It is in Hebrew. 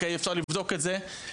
אפשר לבדוק את זה,